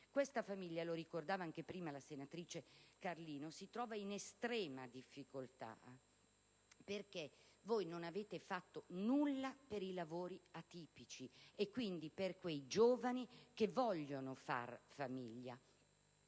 questa famiglia - lo ricordava anche prima la senatrice Carlino - si trova in estrema difficoltà, perché voi non avete fatto nulla per i lavori atipici e quindi per quei giovani che vogliono far famiglia.